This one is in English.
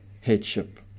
headship